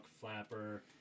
flapper